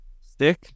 Stick